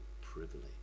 privilege